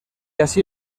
así